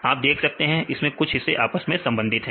आप देख सकते हैं इसमें कुछ हिस्से आपस में संबंधित है